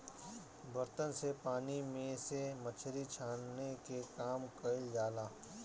बर्तन से पानी में से मछरी छाने के काम कईल जाला